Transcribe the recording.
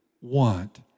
want